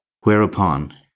whereupon